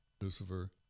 Lucifer